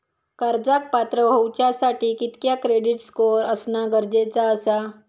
कर्जाक पात्र होवच्यासाठी कितक्या क्रेडिट स्कोअर असणा गरजेचा आसा?